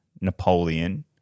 Napoleon